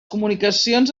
comunicacions